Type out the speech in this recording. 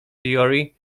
theory